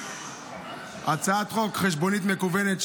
הצעת חוק חשבונית מקוונת,